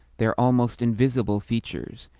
their almost invisible, features.